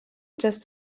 just